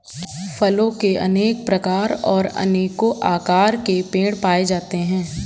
फलों के अनेक प्रकार और अनेको आकार के पेड़ पाए जाते है